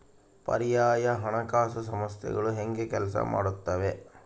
ಪರ್ಯಾಯ ಹಣಕಾಸು ಸಂಸ್ಥೆಗಳು ಹೇಗೆ ಕೆಲಸ ಮಾಡುತ್ತವೆ?